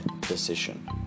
decision